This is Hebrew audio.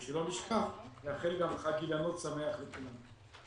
ושלא נשכח, נאחל גם חג אילנות שמח לכולנו.